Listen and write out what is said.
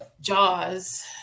Jaws